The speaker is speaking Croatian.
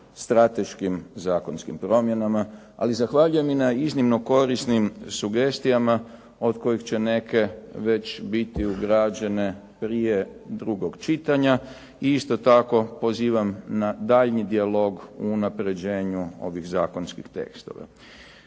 strateškim zakonskim promjenama. Ali zahvaljujem i na iznimno korisnim sugestijama od kojih će neke već biti ugrađene prije drugog čitanja. I isto tako pozivam na daljnji dijalog u unapređenju ovih zakonskih tekstova.